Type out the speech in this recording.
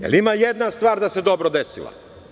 Jel ima jedna stvar da se dobro desila?